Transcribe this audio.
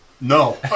No